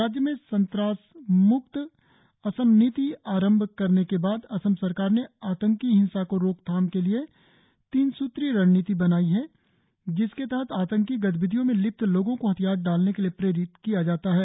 राज्य में संत्रासमुक्त असम नीति आरंभ करने के बाद असम सरकार ने आतंकी हिंसा की रोकथाम के लिए तीन सूत्री रणनीति अपनाई है जिसके तहत आतंकी गतिविधियों में लिप्त लोगों को हथियार डालने के लिए प्रेरित किया जाता है